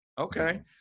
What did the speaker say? Okay